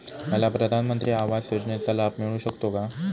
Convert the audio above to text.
मला प्रधानमंत्री आवास योजनेचा लाभ मिळू शकतो का?